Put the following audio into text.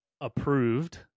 approved